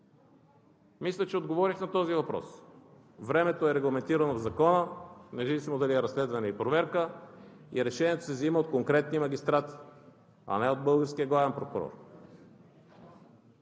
Мисля, че отговорих на този въпрос. Времето е регламентирано в закона, независимо дали е разследване и проверка, и решението се взима от конкретни магистрати, а не от българския главен прокурор.